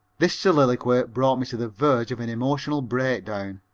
this soliloquy brought me to the verge of an emotional break-down.